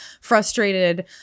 frustrated